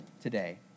today